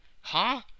Huh